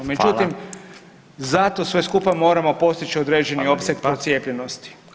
Međutim, zato svi skupa moramo postići određeni opseg procijepljenosti.